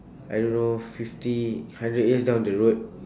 I don't know fifty hundred years down the road